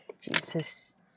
Jesus